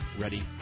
ready